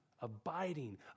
abiding